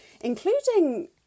including